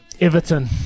Everton